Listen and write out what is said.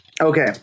okay